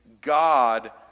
God